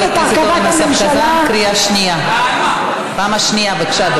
חבר הכנסת אורן אסף חזן, קריאה שנייה, פעם שנייה.